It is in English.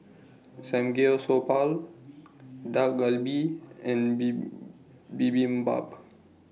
Samgeyopsal Dak Galbi and Bibibimbap